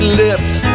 lips